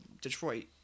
Detroit